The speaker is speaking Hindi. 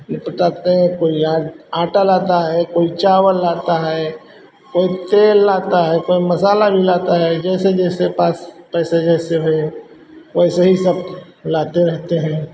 निपटाते हैं कोई आंट आटा लाता है कोई चावल लाता है कोई तेल लाता है कोई मसाला भी लाता है जैसे जैसे पास पैसे जैसे हैं वैसे ही सब लाते रहते हैं